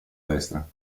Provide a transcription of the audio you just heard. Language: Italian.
destra